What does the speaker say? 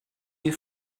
you